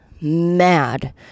mad